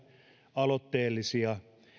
aloitteellisia